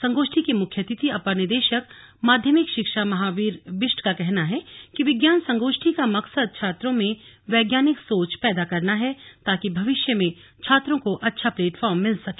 संगोष्ठी के मुख्य अतिथि अपर निदेशक माध्यमिक शिक्षा महाबीर बिष्ट का कहना है कि विज्ञान संगोष्ठी का मकसद छात्रों में वैज्ञानिक सोच पैदा करना है ताकि भविष्य को छात्रों को अच्छा प्लेटफॉम मिल सके